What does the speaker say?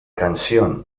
canción